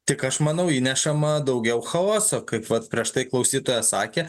tik aš manau įnešama daugiau chaoso kaip vat prieš tai klausytoja sakė